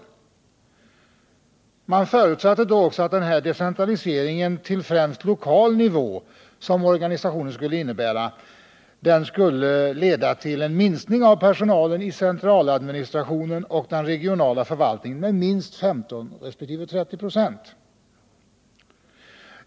Vidare förutsattes att decentraliseringen till främst lokal nivå, som organisationen skulle innebära, skulle leda till en minskning av personalen i centraladministrationen och den regionala förvaltningen med minst 15 resp. 30 96.